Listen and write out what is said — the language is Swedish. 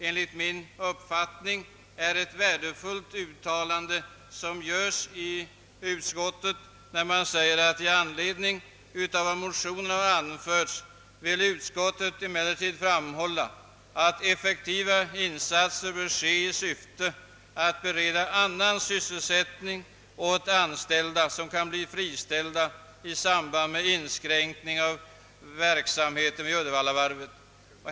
Enligt min uppfattning är det ett värdefullt uttalande som görs av utskottet när det säger: I anledning av vad i motionerna anförts vill utskottet emellertid framhålla, att effektiva insatser bör ske i syfte att bereda annan sysselsättning åt anställda som kan bli friställda i samband med inskränkning av verksamheten vid Uddevallavarvet.